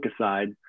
aside